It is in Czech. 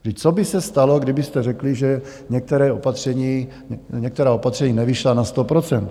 Vždyť co by se stalo, kdybyste řekli, že některé opatření, některá opatření nevyšla na 100 %?